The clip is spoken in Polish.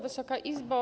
Wysoka Izbo!